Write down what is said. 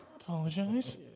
Apologize